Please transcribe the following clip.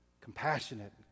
Compassionate